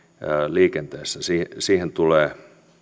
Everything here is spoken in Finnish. liikenteessä tulee